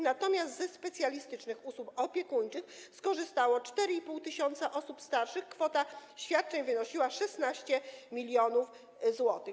Natomiast ze specjalistycznych usług opiekuńczych skorzystało 4,5 tys. osób starszych, kwota świadczeń wynosiła 16 mln zł.